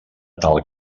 tal